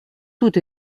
tout